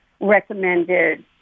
recommended